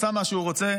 עשה מה שהוא רוצה,